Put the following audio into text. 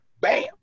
Bam